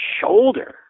shoulder